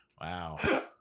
Wow